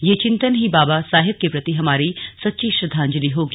यह चिंतन ही बाबा साहेब के प्रति हमारी सच्ची श्रद्वांजलि होगी